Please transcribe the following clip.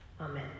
Amen